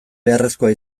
beharrezkoa